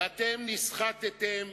ואתם נסחטתם,